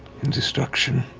and destruction.